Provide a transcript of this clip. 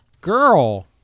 Girl